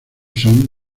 son